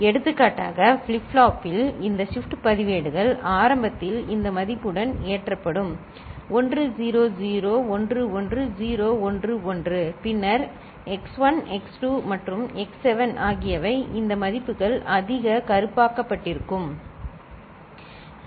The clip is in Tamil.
எடுத்துக்காட்டாக ஃபிலிப் பிளாப்பில் இந்த ஷிப்ட் பதிவேடுகள் ஆரம்பத்தில் இந்த மதிப்புடன் ஏற்றப்படும் 1 0 0 1 1 0 1 1 சரி பின்னர் x1 x2 மற்றும் x7 ஆகியவை இந்த மதிப்புகள் அதிக கருப்பாக்க பட்டிருக்கும் சரி